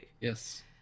Yes